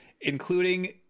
including